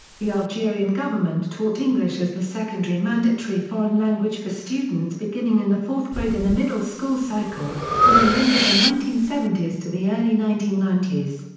the algerian government taught english as the secondary mandatory foreign language for students beginning in the fourth grade in the middle school cycle, from the end of the nineteen seventy s to the early nineteen ninety s.